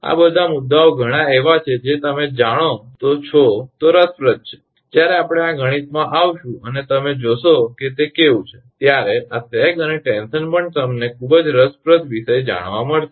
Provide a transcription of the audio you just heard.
આ બધા મુદ્દાઓ ઘણા એવા છે જે તમે જાણો છો રસપ્રદ છે જ્યારે આપણે આ ગણિતમાં આવશું અને તમે જોશો કે તે કેવું છે ત્યારે આ સેગ અને ટેન્શન પણ તમને ખૂબ જ રસપ્રદ વિષય જાણવા મળશે